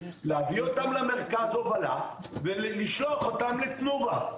להביא אותם למרכז הובלה ולשלוח אותם לתנובה.